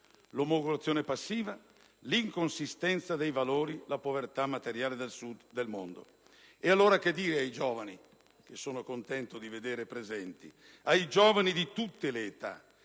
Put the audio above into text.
l'omologazione passiva, l'inconsistenza dei valori, la povertà materiale del Sud del mondo. E allora che dire ai giovani (che sono contento di vedere presenti in Aula), ai giovani di tutte le età?